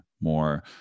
more